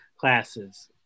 classes